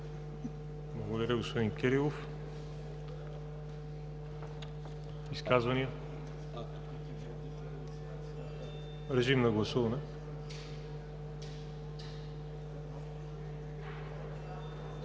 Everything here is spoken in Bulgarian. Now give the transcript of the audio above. Благодаря, господин Кирилов. Изказвания? Няма. Режим на гласуване.